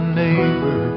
neighbor